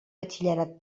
batxillerat